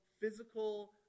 physical